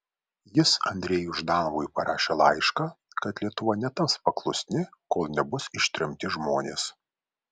jis andrejui ždanovui parašė laišką kad lietuva netaps paklusni kol nebus ištremti žmonės